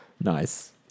Nice